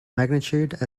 magnitude